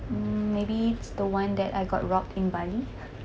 mm maybe it's the one that I got robbed in bali